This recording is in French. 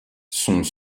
sont